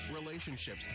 relationships